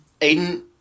Aiden